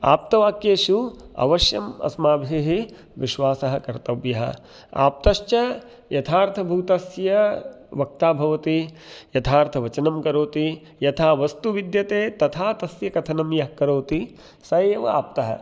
आप्तवाक्येषु अवश्यम् अस्माभिः विश्वासः कर्तव्यः आप्तश्च यथार्थभूतस्य वक्ता भवति यथार्थवचनं करोति यथा वस्तु विद्यते तथा तस्य कथनं यः करोति सः एव आप्तः